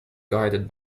guided